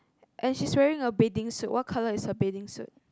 and she's wearing a bathing suit what colour is her bathing suit